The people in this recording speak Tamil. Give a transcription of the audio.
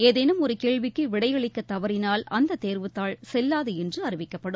ஏதேனும் ஒரு கேள்விக்கு விடையளிக்கத் தவறினால் அந்தத் தேர்வுத்தாள் செல்லாது என்று அறிவிக்கப்படும்